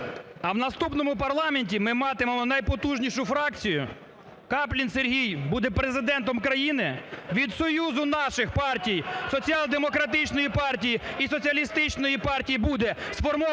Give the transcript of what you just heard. А наступному парламенті ми матимемо найпотужнішу фракцію, Каплін Сергій буде президентом країни, від союзу наших партій, Соціал-демократичної партії і Соціалістичної партії буде сформовано